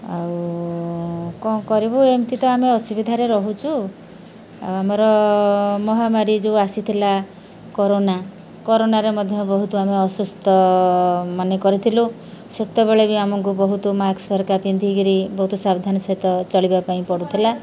ଆଉ କ'ଣ କରିବୁ ଏମିତି ତ ଆମେ ଅସୁବିଧାରେ ରହୁଛୁ ଆଉ ଆମର ମହାମାରୀ ଯେଉଁ ଆସିଥିଲା କରୋନା କରୋନାରେ ମଧ୍ୟ ବହୁତ ଆମେ ଅସୁସ୍ଥ ମାନେ କରିଥିଲୁ ସେତେବେଳେ ବି ଆମକୁ ବହୁତ ମାସ୍କ ହରିକା ପିନ୍ଧିକିରି ବହୁତ ସାବଧାନ ସହିତ ଚଳିବା ପାଇଁ ପଡ଼ୁଥିଲା